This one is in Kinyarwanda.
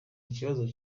ikibazo